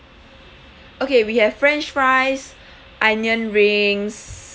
okay we have french fries onion rings